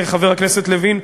חבר הכנסת לוין,